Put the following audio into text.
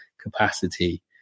capacity